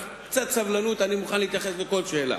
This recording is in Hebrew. רק קצת סבלנות, אני מוכן להתייחס לכל שאלה.